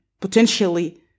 potentially